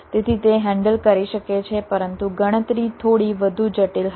તેથી તે હેન્ડલ કરી શકે છે પરંતુ ગણતરી થોડી વધુ જટિલ હશે